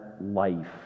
life